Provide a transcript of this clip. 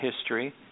history